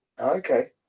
okay